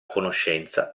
conoscenza